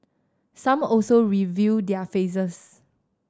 some also reveal their faces